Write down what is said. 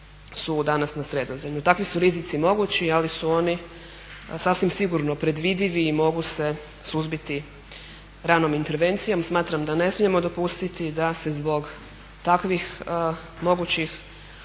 su danas na Sredozemlju. Takvi su rizici mogući ali su oni sasvim sigurno predvidivi i mogu se suzbiti ranom intervencijom. Smatram da ne smijemo dopustiti da si zbog takvih mogućih